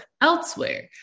elsewhere